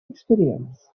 experience